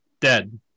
dead